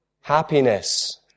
happiness